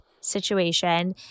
situation